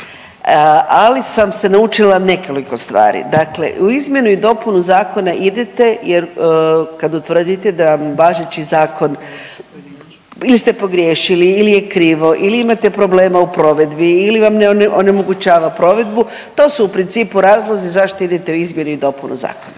ali sam se naučila nekoliko stvari. Dakle u izmjenu i dopunu zakona idete jer kad utvrdite da vam važeći zakon ili ste pogriješili ili je krivo ili imate problema u provedbu ili vam onemogućava provedbu, to su u principu razlozi zašto idete u izmjenu i dopunu zakona.